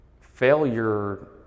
failure